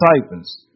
disciples